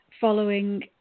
following